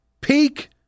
peak